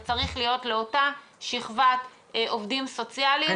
זה צריך להינתן לאותה שכבת עובדים סוציאליים שמקבלת את השכר הנמוך.